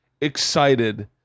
excited